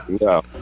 no